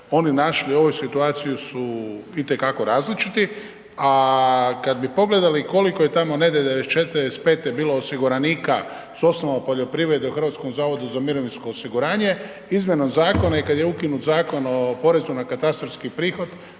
oni našli u ovoj situaciji su itekako različiti, a kad bi pogledali koliko je tamo …/nerazumljivo/… iz '45. bilo osiguranika s osnova poljoprivrede u HZMO-u izmjenom zakona i kad je ukinut Zakon o porezu na katastarski prihod